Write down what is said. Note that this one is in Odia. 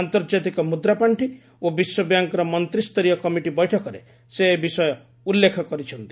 ଆନ୍ତର୍ଜାତିକ ମୁଦ୍ରାପାଣ୍ଠି ଓ ବିଶ୍ୱବ୍ୟାଙ୍କର ମନ୍ତ୍ରୀ ସ୍ତରୀୟ କମିଟି ବୈଠକରେ ସେ ଏ ବିଷୟ ଉଲ୍ଲେଖ କରିଛନ୍ତି